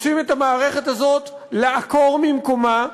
רוצים את המערכת הזאת לעקור ממקומה,